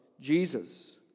Jesus